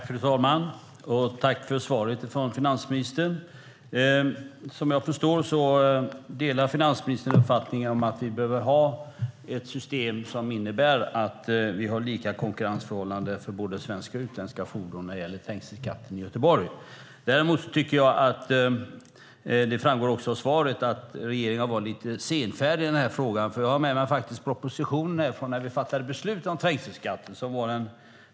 Fru talman! Tack för svaret, finansministern. Som jag förstår delar finansministern uppfattningen att vi behöver ha ett system som innebär att vi har samma konkurrensförhållande för svenska och utländska fordon när det gäller trängselskatten i Göteborg. Däremot tycker jag att regeringen har varit lite senfärdig i den här frågan. Jag har med mig propositionen från när vi fattade beslut om trängselskatt.